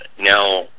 now